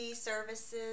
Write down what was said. services